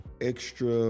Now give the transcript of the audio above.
extra